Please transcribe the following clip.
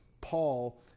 Paul